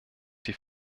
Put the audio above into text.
die